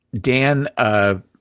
Dan –